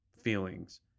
feelings